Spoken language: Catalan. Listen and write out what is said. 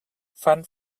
fan